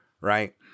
Right